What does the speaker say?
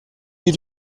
die